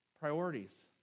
Priorities